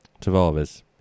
Tavares